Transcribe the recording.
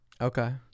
Okay